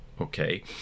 okay